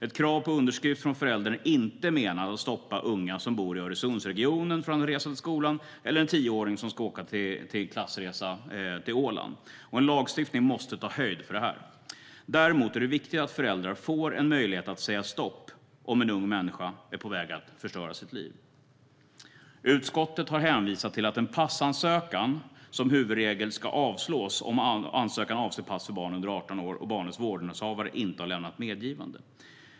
Ett krav på underskrift från föräldern är inte menat att stoppa unga som bor i Öresundsregionen från att resa till skolan eller en tioåring som ska åka på klassresa till Åland. En lagstiftning måste ta höjd för det här. Däremot är det viktigt att föräldrar får en möjlighet att säga stopp om en ung människa är på väg att förstöra sitt liv. Utskottet har hänvisat till att en passansökan som huvudregel ska avslås om ansökan avser pass för barn under 18 år och barnets vårdnadshavare inte har lämnat medgivande.